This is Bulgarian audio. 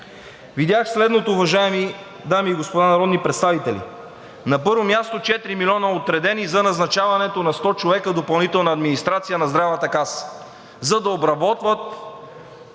Видях следното, уважаеми дами и господа народни представители, на първо място – 4 милиона, отредени за назначаването на 100 човека допълнителна администрация на Здравната каса, за да обработват